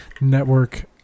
network